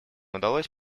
удалось